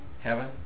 Heaven